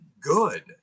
good